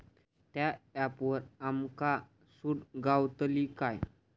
त्या ऍपवर आमका सूट गावतली काय?